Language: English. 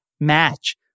match